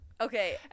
okay